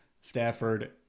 Stafford –